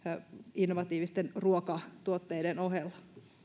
innovatiivisten ruokatuotteiden ohella